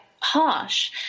harsh